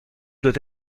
doit